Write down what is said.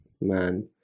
Man